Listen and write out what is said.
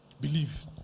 Believe